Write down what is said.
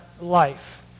life